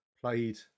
played